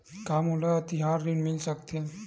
का मोला तिहार ऋण मिल सकथे?